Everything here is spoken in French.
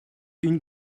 une